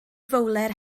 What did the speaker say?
fowler